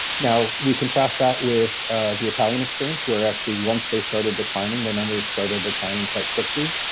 now we contrast that with the italian experience, where, actually, once they started declining, their numbers started declining quite quickly.